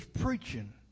preaching